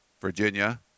Virginia